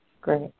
Great